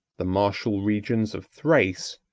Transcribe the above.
the martial regions of thrace,